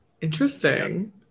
Interesting